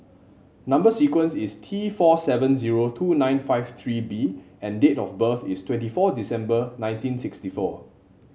number sequence is T four seven zero two nine five three B and date of birth is twenty four December nineteen sixty four